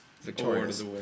victorious